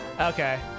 Okay